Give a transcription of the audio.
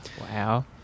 Wow